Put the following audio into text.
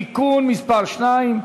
(תיקון מס' 2),